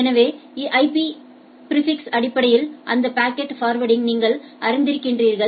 ஏற்கனவே ஐபி பிாிஃபிக்ஸ்களின் அடிப்படையில் அந்த பாக்கெட்ஃபர்வேர்டிங்யை நீங்கள் அறிந்திருக்கிறீர்கள்